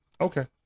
Okay